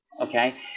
okay